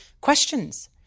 questions